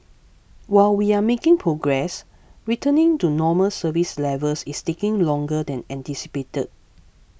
while we are making progress returning to normal service levels is taking longer than anticipated